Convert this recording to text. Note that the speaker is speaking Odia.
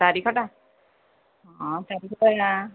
ତାରିଖଟା ହଁ ତାରିଖଟା